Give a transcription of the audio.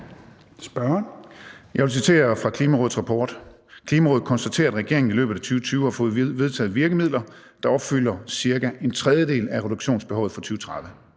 Jeg vil citere fra Klimarådets rapport: »Klimarådet konstaterer, at regeringen i løbet af 2020 har fået vedtaget virkemidler, der opfylder cirka en tredjedel af reduktionsbehovet i 2030.